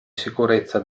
sicurezza